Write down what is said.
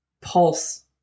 pulse